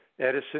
Edison